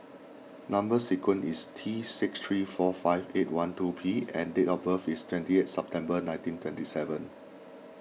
Number Sequence is T six three four five eight one two P and date of birth is twenty eight September nineteen twenty seven